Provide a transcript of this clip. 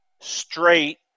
straight